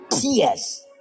tears